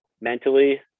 mentally